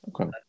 Okay